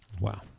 Wow